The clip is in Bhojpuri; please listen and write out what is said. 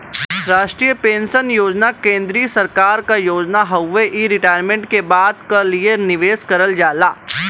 राष्ट्रीय पेंशन योजना केंद्रीय सरकार क योजना हउवे इ रिटायरमेंट के बाद क लिए निवेश करल जाला